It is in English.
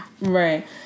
Right